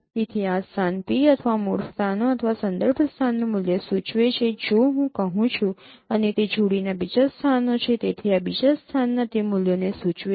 તેથી આ સ્થાન p અથવા મૂળ સ્થાનો અથવા સંદર્ભ સ્થાનનું મૂલ્ય સૂચવે છે જો હું કહું છું અને તે જોડીના બીજા સ્થાનો છે તેથી આ બીજા સ્થાનના તે મૂલ્યોને સૂચવે છે